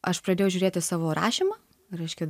aš pradėjau žiūrėti savo rašymą reiškia